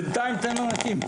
בינתיים תן לנו ריקים,